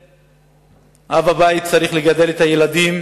זה אב הבית צריך לגדל את הילדים,